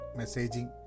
messaging